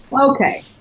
Okay